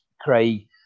Cray